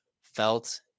felt